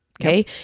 Okay